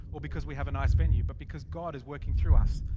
or because we have a nice venue, but because god is working through us.